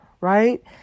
right